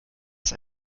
ist